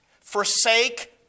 forsake